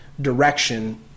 direction